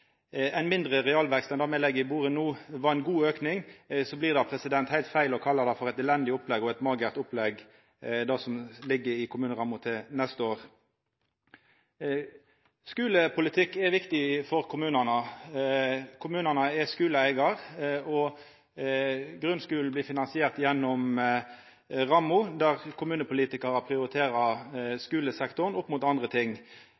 ein hadde ein mindre realvekst enn den me legg på bordet no, var ein god auke, blir det heilt feil å kalla det som ligg i kommuneramma for neste år, for eit elendig og magert opplegg. Skulepolitikk er viktig for kommunane. Kommunane er skuleeigarar, og grunnskulen blir finansiert gjennom rammer der kommunepolitikarar prioriterer skulesektoren opp mot andre ting.